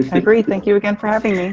agreed thank you again for having me.